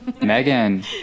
Megan